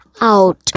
out